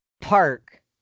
park